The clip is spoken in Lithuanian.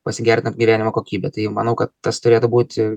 pasigerinant gyvenimo kokybę tai jau manau kad tas turėtų būti